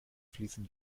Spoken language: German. fließen